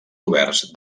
oberts